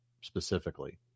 specifically